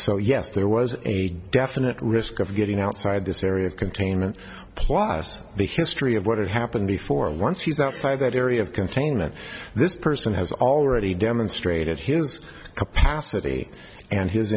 so yes there was a definite risk of getting outside this area containment plus the history of what had happened before once he's outside that area of containment this person has already demonstrated his capacity and